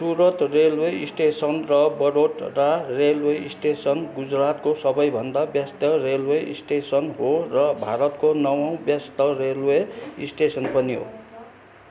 Surat railway station र Vadodara railway station गुजरातको सबैभन्दा व्यस्त रेलवे स्टेसन हो र भारतको नवौँ व्यस्त रेलवे स्टेसन पनि हो